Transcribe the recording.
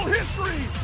history